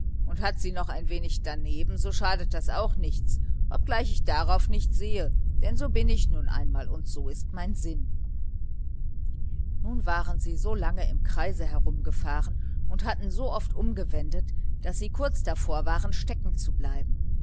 und hat sie noch ein wenig daneben so schadet das auch nichts obgleich ich darauf nicht sehe denn so bin ich nun einmal und so ist mein sinn nun waren sie so lange im kreise herumgefahren und hatten so oft umgewendet daß sie kurz davor waren